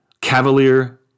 cavalier